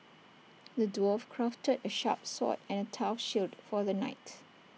the dwarf crafted A sharp sword and A tough shield for the knight